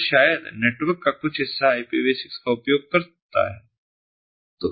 तो शायद नेटवर्क का कुछ हिस्सा IPV6 का उपयोग करता है